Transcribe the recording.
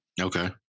Okay